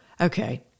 okay